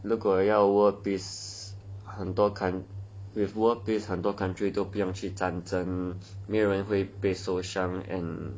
如果有 world peace 很多 coun~ with world peace 很多 country 都不用去战争没有人会被受伤 and